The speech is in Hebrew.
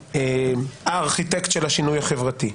הארכיטקט של השינוי החברתי.